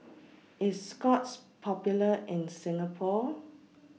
IS Scott's Popular in Singapore